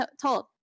told